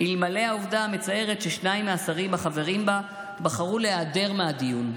אלמלא העובדה המצערת ששניים מהשרים החברים בה בחרו להיעדר מהדיון,